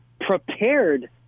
prepared